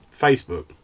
Facebook